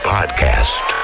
Podcast